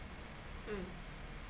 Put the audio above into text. mm